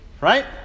right